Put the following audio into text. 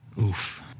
Oof